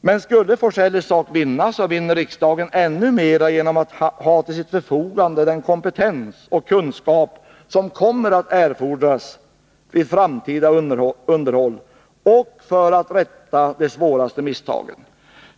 Men skulle af Forselles sak vinna, vinner riksdagen ännu mera genom att ha till sitt förfogande den kompetens och kunskap som kommer att erfordras vid framtida underhåll och för att rädda de svåraste misstagen.